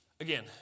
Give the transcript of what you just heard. again